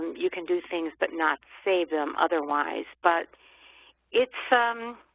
you can do things but not save them otherwise, but it's um